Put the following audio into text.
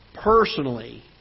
Personally